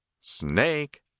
Snake